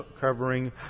covering